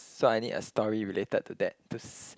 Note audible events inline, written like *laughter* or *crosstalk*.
so I need a story related to that to *noise*